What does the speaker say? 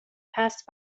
passed